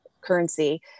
currency